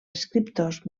escriptors